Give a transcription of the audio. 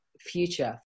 future